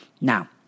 Now